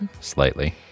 slightly